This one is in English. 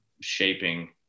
shaping